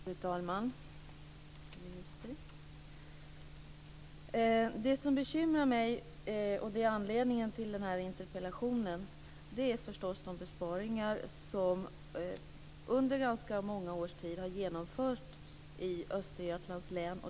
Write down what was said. Fru talman! Det som bekymrar mig, och som är anledningen till att jag har väckt interpellationen, är förstås de besparingar som under många års tid har genomförts i polisdistriktet i Östergötlands län.